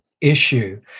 issue